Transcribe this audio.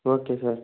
okay sir